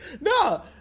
No